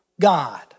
God